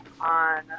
on